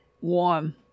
Warm